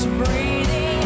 breathing